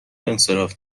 انصراف